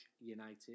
united